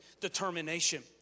determination